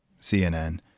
CNN